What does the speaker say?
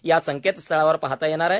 या संकेतस्थळावर पाहाता येणार आहेत